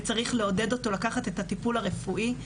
וצריך לעודד אותו לקחת את הטיפול הרפואי,